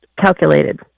calculated